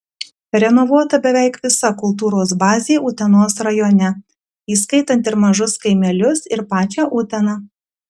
renovuota beveik visa kultūros bazė utenos rajone įskaitant ir mažus kaimelius ir pačią uteną